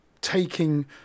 taking